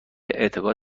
عقیده